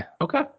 okay